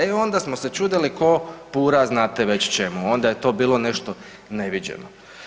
E onda smo se čudili ko pura znate već čemu, onda je to bilo nešto neviđeno.